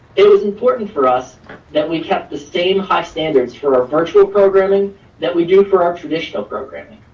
it was important for us that we kept the same high standards for our virtual programming that we do for our traditional programming.